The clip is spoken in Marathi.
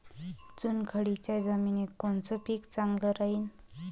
चुनखडीच्या जमिनीत कोनचं पीक चांगलं राहीन?